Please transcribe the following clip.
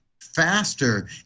faster